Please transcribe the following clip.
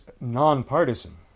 nonpartisan